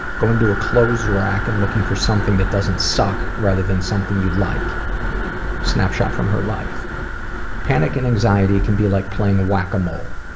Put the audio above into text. going to a clothes rack and looking for something that doesn't suck rather than something you'd like snapshot from her life panic and anxiety can be like whack-a-mole.